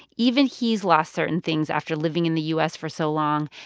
even he's lost certain things after living in the u s. for so long.